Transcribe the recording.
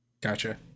Gotcha